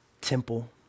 temple